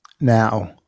Now